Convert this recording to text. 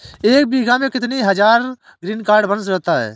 एक बीघा में कितनी हज़ार का ग्रीनकार्ड बन जाता है?